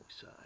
side